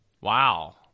Wow